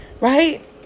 right